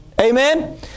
Amen